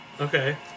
okay